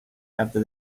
after